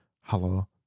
hello